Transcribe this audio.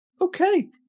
okay